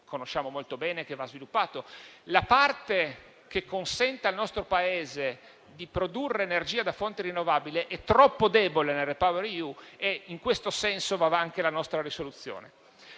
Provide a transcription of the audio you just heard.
La parte che consente al nostro Paese di produrre energia da fonte rinnovabile è troppo debole nel REPowerEU e in questo senso va anche la nostra risoluzione.